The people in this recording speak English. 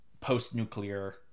post-nuclear